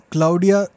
Claudia